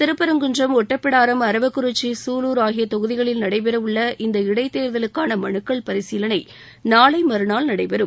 திருப்பரங்குன்றம் ஒட்டப்பிடாரம் அரவக்குறிச்சி சூலூர் ஆகிய தொகுதிகளில் நடைபெறவுள்ள இந்த இடைத் தேர்தலுக்கான மனுக்கள் பரிசீலனை நாளை மறுநாள் நடைபெறும்